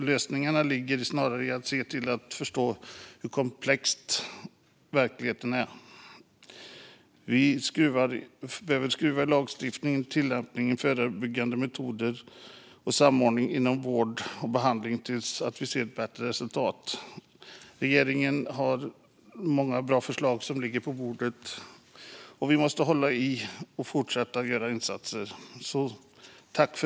Lösningen ligger snarare i att se och förstå hur komplex verkligheten är. Vi behöver skruva i lagstiftning, tillämpning, förebyggande metoder och samordning inom vård och behandling tills vi ser bättre resultat. Regeringen har många bra förslag som ligger på bordet, och där måste vi hålla i och fortsätta att göra insatser.